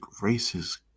racist